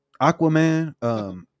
Aquaman